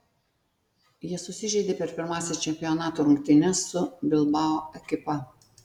jie susižeidė per pirmąsias čempionato rungtynes su bilbao ekipa